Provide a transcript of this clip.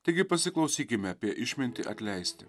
taigi pasiklausykime apie išmintį atleisti